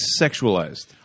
sexualized